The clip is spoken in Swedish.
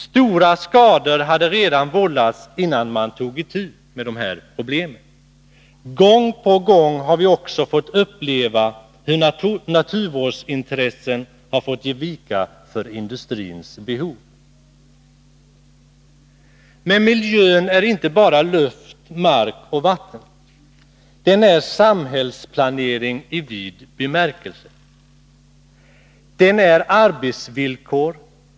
Stora skador hade redan vållats innan man tog itu med de här problemen. Gång på gång har vi också fått uppleva hur naturvårdsintressen har fått ge vika för industrins behov. Men miljön är inte bara luft, mark och vatten. Den är samhällsplanering i vid bemärkelse. Den är arbetsvillkor.